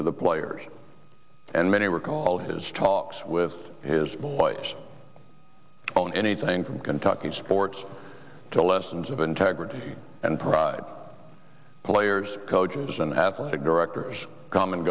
the players and many recall his talks with his boys on anything from kentucky sports to lessons of integrity and pride players coaches and athletic directors come and